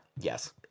yes